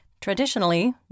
traditionally